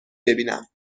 ببینم